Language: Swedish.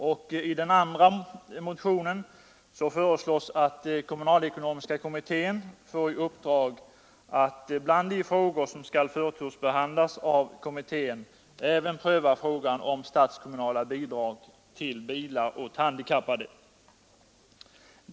I den andra motionen föreslås att kommunalekonomiska kommittén får i uppdrag att bland de frågor som skall förtursbehandlas av kommittén även pröva frågan om statskommunala bidrag till bilar åt handikappade.